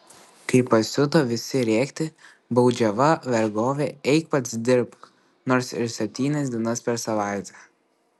kai pasiuto visi rėkti baudžiava vergovė eik pats dirbk nors ir septynias dienas per savaitę